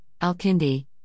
Al-Kindi